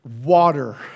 water